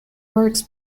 works